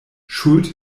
schuld